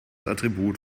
attribut